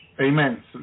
Amen